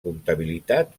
comptabilitat